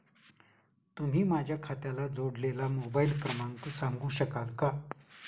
तुम्ही माझ्या खात्याला जोडलेला मोबाइल क्रमांक सांगू शकाल का?